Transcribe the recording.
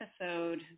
episode